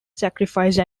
sacrifice